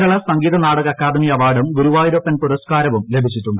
കേരള സംഗീത നാടക അക്കാദമി അവാർഡും ഗുരുവായൂരപ്പൻ പുരസ്കാരവും ലഭിച്ചിട്ടുണ്ട്